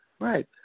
Right